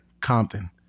Compton